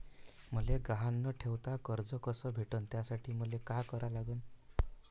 मले गहान न ठेवता कर्ज कस भेटन त्यासाठी मले का करा लागन?